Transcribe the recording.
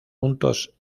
juntos